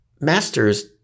Masters